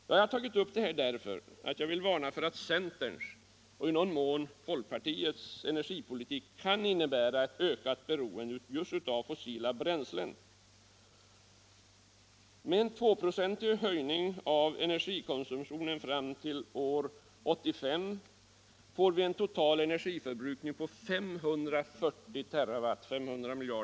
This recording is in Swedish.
Jag har tagit upp dessa frågor därför att jag vill varna för att centerns och i viss mån folkpartiets energipolitik kan innebära ett ökat beroende av fossila bränslen för elkraftsproduktion. Med en tvåprocentig årlig höjning av energikonsumtionen får vi år 1985 en total energiförbrukning av 540 TWh.